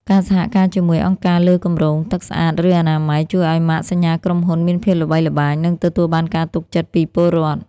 ការសហការជាមួយអង្គការលើគម្រោងទឹកស្អាត ឬអនាម័យ ជួយឱ្យម៉ាកសញ្ញាក្រុមហ៊ុនមានភាពល្បីល្បាញ និងទទួលបានការទុកចិត្តពីពលរដ្ឋ។